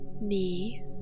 knee